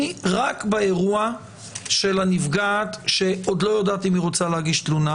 אני רק באירוע של הנפגעת שעוד לא יודעת אם היא רוצה להגיש תלונה.